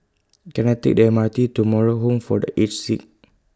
Can I Take The M R T to Moral Home For The Aged Sick